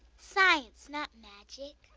science, not magic.